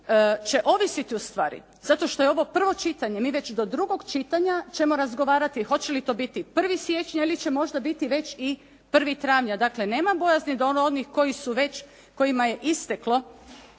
će ovisiti u stvari, zato što je ovo prvo čitanje, mi već do drugog čitanja ćemo razgovarati hoće li to biti 1. siječnja ili će možda biti već i 1. travnja. Dakle, nema bojazni da oni koji su već,